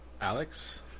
Alex